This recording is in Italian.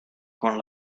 con